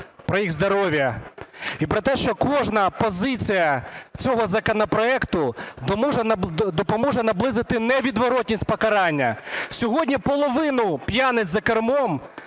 про їх здоров'я і про те, що кожна позиція цього законопроекту допоможе наблизити невідворотність покарання. Сьогодні половина п'яниць за кермом